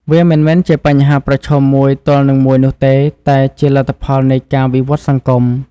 វាមិនមែនជាបញ្ហាប្រឈមមួយទល់នឹងមួយនោះទេ តែជាលទ្ធផលនៃការវិវត្តន៍សង្គម។